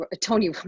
Tony